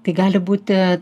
tai gali būti